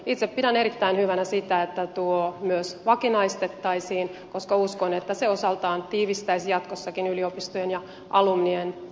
itse pidän erittäin hyvänä sitä että se myös vakinaistettaisiin koska uskon että se osaltaan tiivistäisi jatkossakin yliopistojen ja halonien